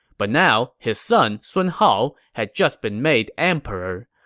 but now, his son sun hao had just been made emperor.